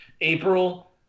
April